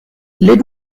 let